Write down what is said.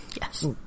Yes